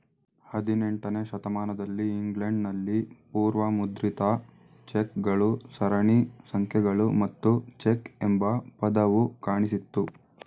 ಹದಿನೆಂಟನೇ ಶತಮಾನದಲ್ಲಿ ಇಂಗ್ಲೆಂಡ್ ನಲ್ಲಿ ಪೂರ್ವ ಮುದ್ರಿತ ಚೆಕ್ ಗಳು ಸರಣಿ ಸಂಖ್ಯೆಗಳು ಮತ್ತು ಚೆಕ್ ಎಂಬ ಪದವು ಕಾಣಿಸಿತ್ತು